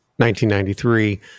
1993